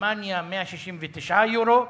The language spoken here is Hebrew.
בגרמניה 169 יורו,